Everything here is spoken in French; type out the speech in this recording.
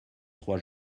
trois